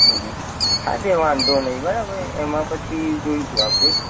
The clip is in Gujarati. હા તે વાંધો નહીં બરાબર એમાં પછી જોઈશું આપણે